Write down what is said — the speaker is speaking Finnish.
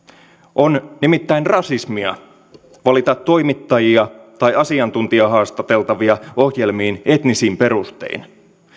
on nimittäin rasismia valita toimittajia tai asiantuntija haastateltavia ohjelmiin etnisin perustein